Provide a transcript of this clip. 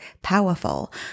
powerful